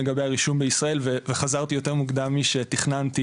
לגבי העישון בישראל וחזרתי יותר מוקדם משתכננתי